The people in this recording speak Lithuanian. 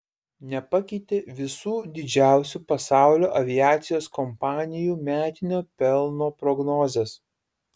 nepakeitė visų didžiausių pasaulio aviacijos kompanijų metinio pelno prognozės